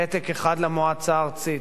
פתק אחד למועצה הארצית,